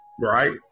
Right